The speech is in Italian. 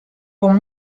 con